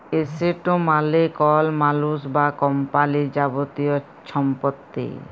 asset মালে কল মালুস বা কম্পালির যাবতীয় ছম্পত্তি